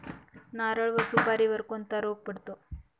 नारळ व सुपारीवर कोणता रोग पडतो?